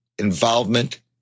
Involvement